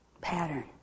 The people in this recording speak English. pattern